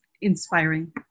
inspiring